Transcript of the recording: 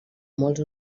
molts